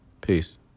Peace